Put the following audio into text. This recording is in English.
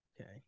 Okay